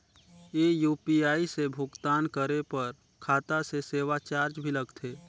ये यू.पी.आई से भुगतान करे पर खाता से सेवा चार्ज भी लगथे?